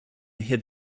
hid